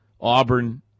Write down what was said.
Auburn